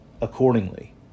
accordingly